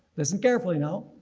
listen carefully now.